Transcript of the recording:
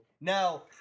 Now